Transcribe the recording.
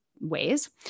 ways